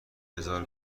بزار